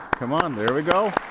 come on. there we go.